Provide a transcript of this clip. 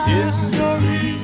History